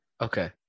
Okay